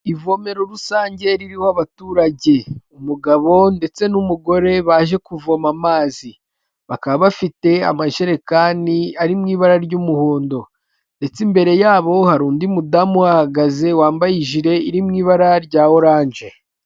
Ivomero rusange ririho abaturage, umugabo ndetse n'umugore baje kuvoma amazi, bakaba bafite amajerekani ari mu ibara ry'umuhondo, ndetse imbere yabo hari undi mudamu uhahagaze wambaye ijire iri mu ibara rya oranje.